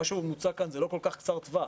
מה שמוצע כאן זה לא כל כך קצר טווח,